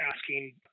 asking